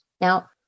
Now